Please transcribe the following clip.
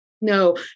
No